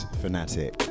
fanatic